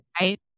Right